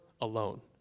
alone